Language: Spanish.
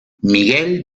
miguel